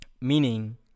meaning